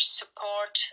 support